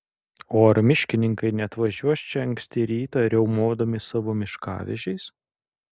o ar miškininkai neatvažiuos čia anksti rytą riaumodami savo miškavežiais